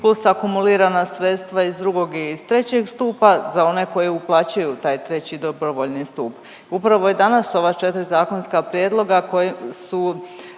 plus akumulirana sredstva iz 2. i iz 3. stupa za one koji uplaćuju u taj 3. dobrovoljni stup. Upravo i danas ova 4 zakonska prijedloga koji su,